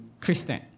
Christian